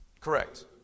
Correct